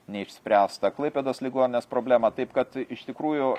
neišspręstą klaipėdos ligoninės problemą taip kad iš tikrųjų